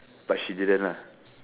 but she didn't lah